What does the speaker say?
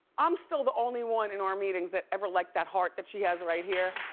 i'm still the only one in our meetings that ever liked that heart that she has right here.